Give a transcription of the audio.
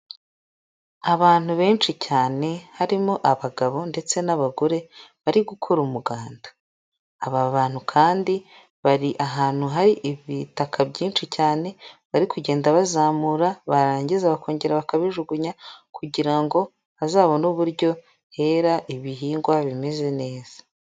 Abantu benshi cyane harimo abagabo ndetse n'abagore bari gukora umuganda, aba bantu kandi bari ahantu hari ibitaka byinshi cyane bari kugenda bazamura barangiza bakongera bakabijugunya kugira ngo hazabone uburyo hera ibihingwa bimeze neza.